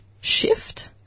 shift